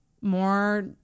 more